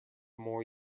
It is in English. more